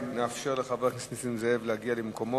אני מאפשר לחבר הכנסת נסים זאב להגיע למקומו,